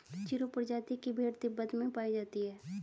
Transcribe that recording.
चिरु प्रजाति की भेड़ तिब्बत में पायी जाती है